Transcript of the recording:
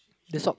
the sock